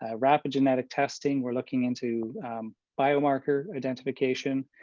ah rapid genetic testing. we're looking into biomarker identification.